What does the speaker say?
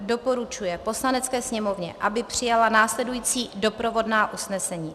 Doporučuje Poslanecké sněmovně, aby přijala následující doprovodná usnesení: